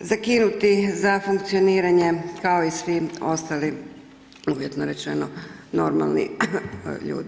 zakinuti za funkcioniranje kao i svi ostali ujedno rečeno normalni ljudi.